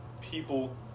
people